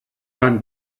kein